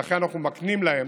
ולכן אנחנו מקנים להם